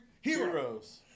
Heroes